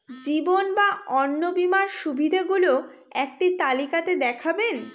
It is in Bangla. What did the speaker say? জীবন বা অন্ন বীমার সুবিধে গুলো একটি তালিকা তে দেখাবেন?